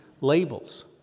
labels